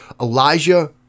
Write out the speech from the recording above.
Elijah